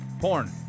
Porn